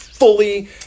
fully